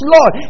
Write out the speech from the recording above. Lord